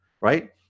Right